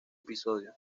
episodio